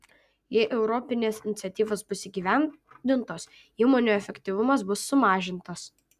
jei europinės iniciatyvos bus įgyvendintos įmonių efektyvumas bus sumažintas